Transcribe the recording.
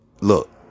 Look